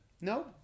No